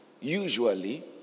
usually